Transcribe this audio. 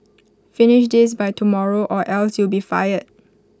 finish this by tomorrow or else you'll be fired